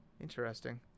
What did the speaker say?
Interesting